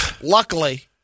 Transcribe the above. Luckily